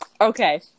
Okay